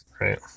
right